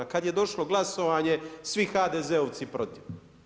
Kad je došlo glasovanje, svi HDZ-ovci protiv.